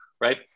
right